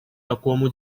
такому